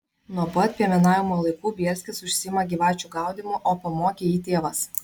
nuo pat piemenavimo laikų bielskis užsiima gyvačių gaudymu o pamokė jį tėvas